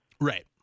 right